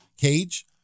cage